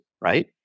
right